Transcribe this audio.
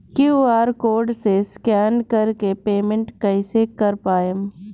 QR code से scan कर के पेमेंट कइसे कर पाएम?